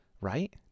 right